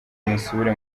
musubire